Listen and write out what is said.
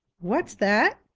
what's that?